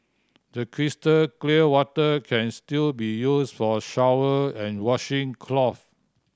the crystal clear water can still be used for shower and washing clothe